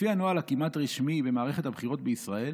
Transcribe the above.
לפי הנוהל הכמעט-רשמי במערכת הבחירות בישראל,